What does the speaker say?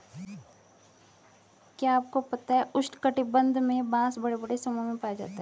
क्या आपको पता है उष्ण कटिबंध में बाँस बड़े बड़े समूहों में पाया जाता है?